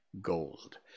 gold